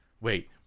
wait